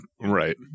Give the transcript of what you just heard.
Right